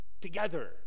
together